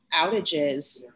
outages